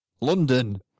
London